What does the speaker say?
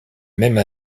même